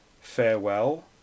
farewell